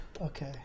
okay